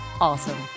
Awesome